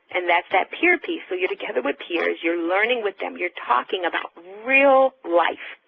and that's that peer piece, so you're together with peers, you're learning with them, you're talking about real life,